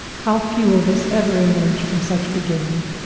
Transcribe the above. how few of us ever emerge from such beginning!